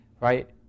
Right